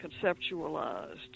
conceptualized